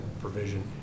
provision